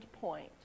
point